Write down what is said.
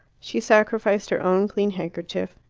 she sacrificed her own clean handkerchief.